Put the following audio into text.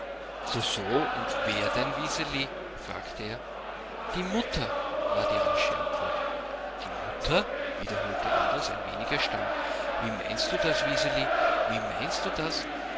so so und wer denn wiseli fragte er die mutter war die rasche antwort die mutter wiederholte andres ein wenig erstaunt wie meinst du das wiseli wie meinst du das